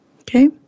okay